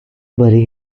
bury